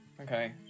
Okay